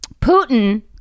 Putin